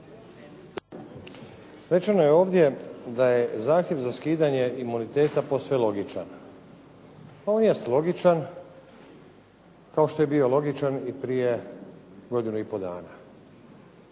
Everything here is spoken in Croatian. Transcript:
Rečeno je ovdje da je zahtjev za skidanje imuniteta posve logičan. On jest logičan kao što je bio logičan i prije godinu i pol dana,